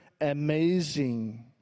amazing